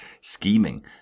scheming